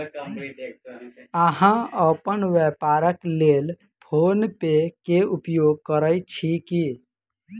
अहाँ अपन व्यापारक लेल फ़ोन पे के उपयोग करै छी की?